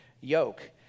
yoke